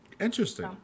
interesting